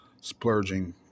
splurging